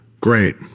Great